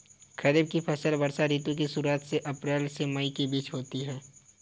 खरीफ की फसलें वर्षा ऋतु की शुरुआत में अप्रैल से मई के बीच बोई जाती हैं